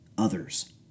others